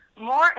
more